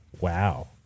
Wow